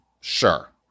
sure